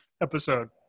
episode